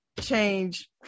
Change